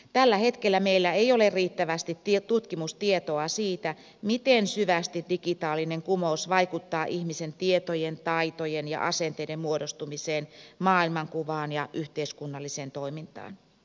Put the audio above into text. tällä hetkellä meillä ei ole riittävästi tutkimustietoa siitä miten syvästi digitaalinen kumous vaikuttaa ihmisen tietojen taitojen ja asenteiden muodostumiseen maailmankuvaan ja yhteiskunnalliseen toimintaan